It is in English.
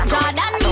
Jordan